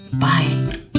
Bye